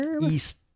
east